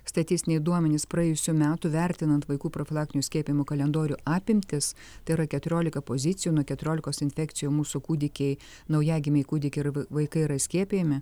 statistiniai duomenys praėjusių metų vertinant vaikų profilaktinių skiepijimų kalendorių apimtis tai yra keturiolika pozicijų nuo keturiolikos infekcijų mūsų kūdikiai naujagimiai kūdikiai ir v vaikai yra skiepijami